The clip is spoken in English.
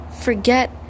forget